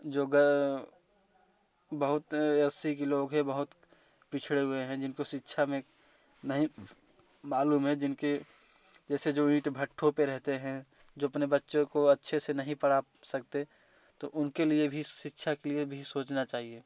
जो घर बहुत अस्सी किलो के बहुत पिछड़े हुए हैं जिनको शिक्षा में नहीं मालूम है जिनके जैसे जो भी तो भठ्ठो पर रहते हैं जो अपने बच्चों को अच्छे से नहीं पढ़ा सकते तो उनके लिए भी शिक्षा के लिए भी सोचना चाहिए